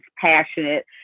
passionate